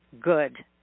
good